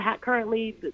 currently